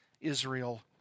Israel